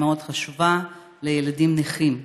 מאוד חשובה לילדים נכים.